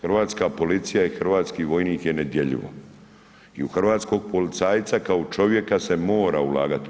Hrvatska policija i hrvatski vojnik je nedjeljivo i u hrvatskog policajca kao čovjeka se mora ulagati.